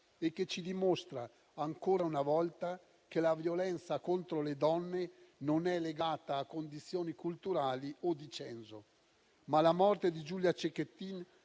e che ci dimostra, ancora una volta, che la violenza contro le donne non è legata a condizioni culturali o di censo. Ma la morte di Giulia Cecchettin